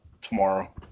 tomorrow